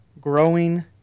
Growing